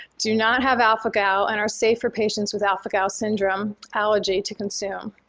do not have alpha-gal and are safe for patients with alpha-gal syndrome allergy to consume.